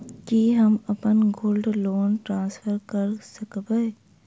की हम अप्पन gold loan transfer करऽ सकबै?